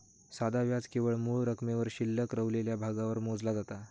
साधा व्याज केवळ मूळ रकमेवर शिल्लक रवलेल्या भागावर मोजला जाता